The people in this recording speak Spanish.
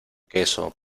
queso